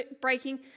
breaking